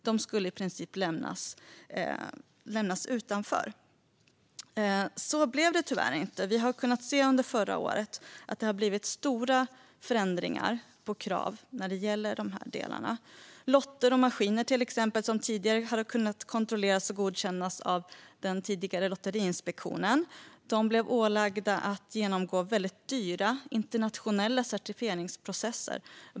De skulle i princip lämnas utanför. Så blev det tyvärr inte. Vi kunde under förra året se stora förändringar av kraven när det gäller dessa delar. Till exempel blev lotter och maskiner som tidigare kunnat kontrolleras och godkännas av Lotteriinspektionen ålagda att genomgå dyra internationella certifieringsprocesser.